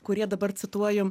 kurie dabar cituoju